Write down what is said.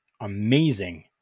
amazing